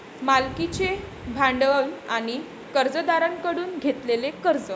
मालकीचे भांडवल आणि कर्जदारांकडून घेतलेले कर्ज